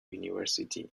university